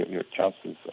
your chances,